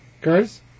Guys